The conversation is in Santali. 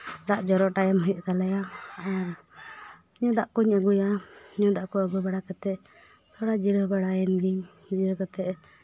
ᱫᱟᱜ ᱡᱚᱨᱚ ᱴᱟᱭᱤᱢ ᱦᱩᱭᱩᱜ ᱛᱟᱞᱮᱭᱟ ᱟᱨ ᱫᱟᱜ ᱠᱚᱹᱧ ᱟᱹᱜᱩᱭᱟ ᱧᱩᱫᱟᱜ ᱠᱚ ᱟᱹᱜᱩ ᱵᱟᱲᱟ ᱠᱟᱛᱮᱜ ᱛᱷᱚᱲᱟ ᱡᱤᱨᱟᱹᱣ ᱵᱟᱲᱟᱭᱮᱱ ᱜᱤᱧ ᱡᱤᱨᱟᱹᱣ ᱠᱟᱛᱮᱜ